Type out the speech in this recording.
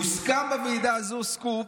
הוסכם בוועידה הזאת, סקופ.